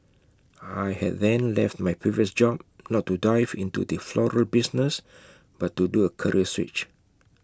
I had then left my previous job not to 'dive' into the floral business but to do A career switch